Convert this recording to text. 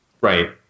right